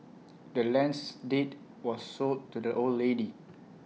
the land's deed was sold to the old lady